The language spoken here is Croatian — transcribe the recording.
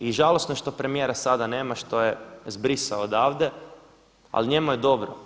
I žalosno što premijera sada nema, što je zbrisao odavde, ali njemu je dobro.